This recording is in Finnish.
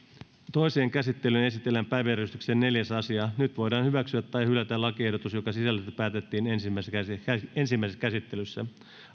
toiseen käsittelyyn esitellään päiväjärjestyksen neljäs asia nyt voidaan hyväksyä tai hylätä lakiehdotus jonka sisällöstä päätettiin ensimmäisessä käsittelyssä